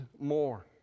more